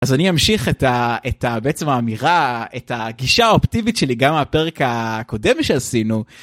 אז אני אמשיך את בעצם האמירה, את הגישה האופטיבית שלי גם מהפרק הקודם שעשינו.